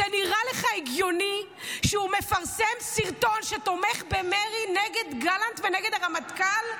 נראה לך הגיוני שהוא מפרסם סרטון שתומך במרי נגד גלנט ונגד הרמטכ"ל,